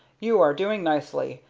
you are doing nicely,